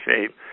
shape